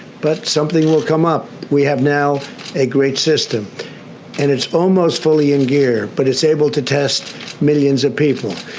but something will come up. we have now a great system and it's almost fully in gear, but it's able to test millions of people.